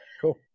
Cool